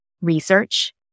research